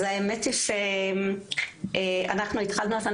התחלנו השנה,